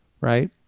right